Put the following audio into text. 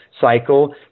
cycle